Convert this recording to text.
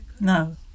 No